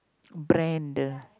brand